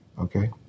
Okay